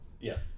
Yes